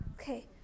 Okay